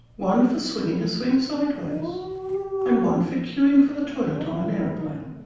one for swinging a swing sideways and one for queuing for the toilet on an aeroplane.